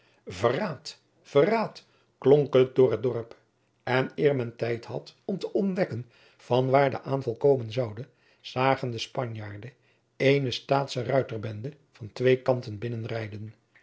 verraad verraad klonk het door het dorp en eer men tijd had om te ontdekken vanwaar de aanval komen zoude zagen de spanjaarden eene staatsche ruiterbende van twee kanten binnenrijden